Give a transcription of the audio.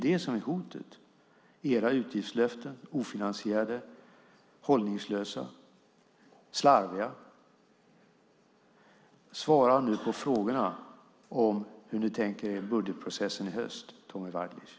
Det är era utgiftslöften - ofinansierade, hållningslösa, slarviga - som är hotet. Svara nu på frågan hur ni tänker er budgetprocessen i höst, Tommy Waidelich.